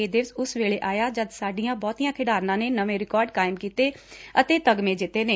ਇਹ ਦਿਵਸ ਉਸ ਵੇਲੇ ਆਇਆ ਜਦ ਸਾਡੀਆਂ ਬਹੁਤੀਆਂ ਖਡਾਰਨਾਂ ਨੇ ਨਵੇਂ ਰਿਕਾਰਡ ਕਾਇਮ ਕੀਤੇ ਅਤੇ ਤਗਸ਼ੇ ਜਿੱਤੇ ਨੇ